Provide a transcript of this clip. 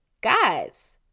Guys